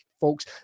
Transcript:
folks